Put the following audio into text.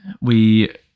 we-